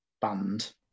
band